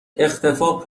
اختفاء